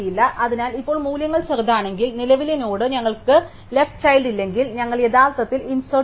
അതിനാൽ ഇപ്പോൾ മൂല്യങ്ങൾ ചെറുതാണെങ്കിൽ നിലവിലെ നോഡ് ഞങ്ങൾക്ക് ലെഫ്റ് ചൈൽഡ് ഇല്ലെങ്കിൽ ഞങ്ങൾ യഥാർത്ഥത്തിൽ ഇൻസെർട് ചെയ്യും